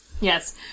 Yes